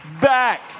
back